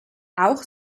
auch